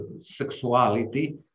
sexuality